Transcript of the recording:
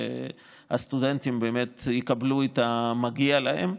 שהסטודנטים באמת יקבלו את המגיע להם.